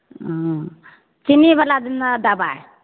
अं चिन्नी बला जेना दबाई